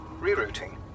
Rerouting